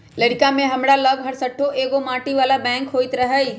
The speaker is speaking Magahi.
लइरका में हमरा लग हरशठ्ठो एगो माटी बला बैंक होइत रहइ